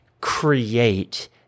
create